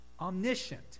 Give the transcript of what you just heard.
omniscient